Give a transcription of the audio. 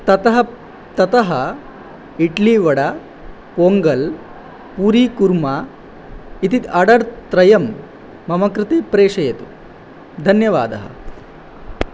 ततः ततः इड्लिवडा पोङ्गल् पूरीकुर्मा इति आडर् त्रयं मम कृते प्रेषयतु धन्यवादः